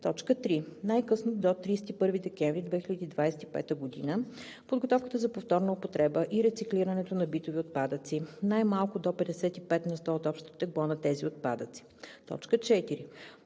– 6: „3. най-късно до 31 декември 2025 г. подготовката за повторна употреба и рециклирането на битови отпадъци най-малко до 55 на сто от общото тегло на тези отпадъци; 4.